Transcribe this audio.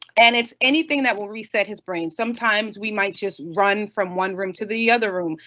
and it's anything that will reset his brain. sometimes we might just run from one room to the other room.